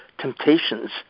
temptations